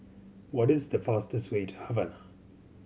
what is the fastest way to Havana